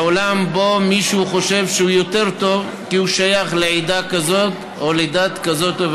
לעולם שבו מישהו חושב שהוא יותר טוב כי שייך לעדה כזאת או אחרת.